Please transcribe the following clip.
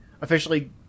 officially